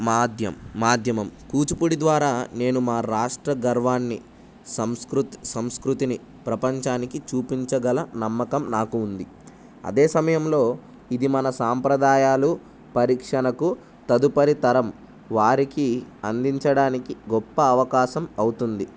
మాద్యం మాధ్యమం కూచిపూడి ద్వారా నేను మా రాష్ట్ర గర్వాన్ని సంస్కృత్ సంస్కృతిని ప్రపంచానికి చూపించగల నమ్మకం నాకు ఉంది అదే సమయంలో ఇది మన సాంప్రదాయాలు పరీక్షణకు తదుపరితరం వారికి అందించడానికి గొప్ప అవకాశం అవుతుంది